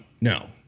no